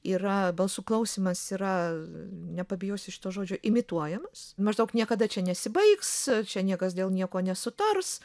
yra balsų klausimas yra nepabijosiu šito žodžio imituojamas maždaug niekada čia nesibaigs čia niekas dėl nieko nesutars